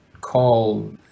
call